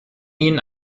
ihnen